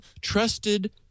trusted